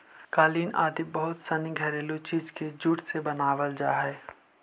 कालीन आदि बहुत सनी घरेलू चीज के जूट से बनावल जा हइ